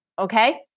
okay